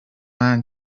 man